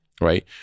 right